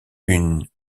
une